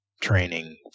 training